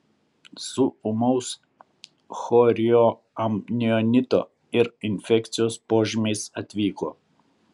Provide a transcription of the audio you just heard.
su ūmaus chorioamnionito ir infekcijos požymiais atvyko